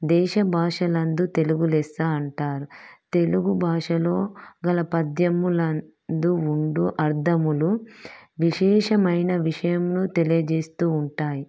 దేశ భాషలందు తెలుగు లెస్స అంటారు తెలుగు భాషలో గల పద్యములందు ఉండు అర్ధములు విశేషమైన విషయమును తెలియజేస్తూ ఉంటాయి